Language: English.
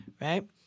right